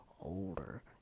older